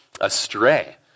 astray